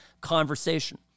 conversation